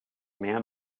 man